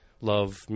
love